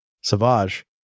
Savage